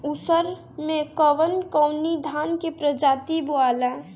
उसर मै कवन कवनि धान के प्रजाति बोआला?